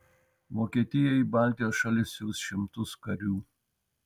vokietija į baltijos šalis siųs šimtus karių